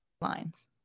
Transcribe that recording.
lines